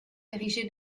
érigé